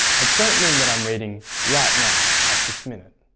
i don't mean that i'm reading right now, at this minute.